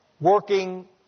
working